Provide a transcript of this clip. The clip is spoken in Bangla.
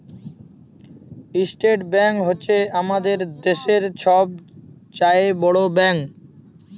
ইসটেট ব্যাংক হছে আমাদের দ্যাশের ছব চাঁয়ে বড় ব্যাংক